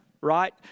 right